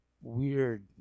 weird